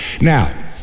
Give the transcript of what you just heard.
Now